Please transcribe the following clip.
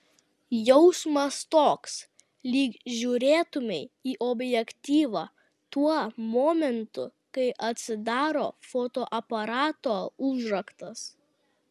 jausmas toks lyg žiūrėtumei į objektyvą tuo momentu kai atsidaro fotoaparato užraktas